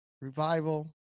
revival